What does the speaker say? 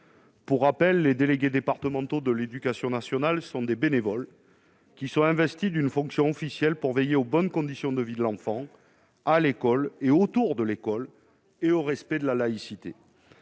scolaires. Les délégués départementaux de l'éducation nationale sont des bénévoles. Ils sont investis d'une fonction officielle : ils veillent aux bonnes conditions de vie de l'enfant, à l'école et autour de l'école, et au respect de la laïcité.